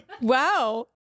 Wow